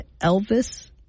Elvis